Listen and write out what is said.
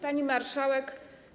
Pani Marszałek!